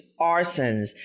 arsons